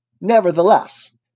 Nevertheless